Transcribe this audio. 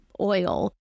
oil